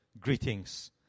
greetings